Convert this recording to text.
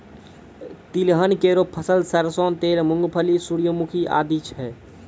तिलहन केरो फसल सरसों तेल, मूंगफली, सूर्यमुखी आदि छै